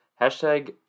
Hashtag